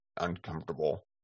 uncomfortable